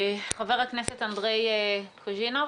חבר הכנסת אנדרי קוז'ינוב.